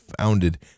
founded